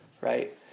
right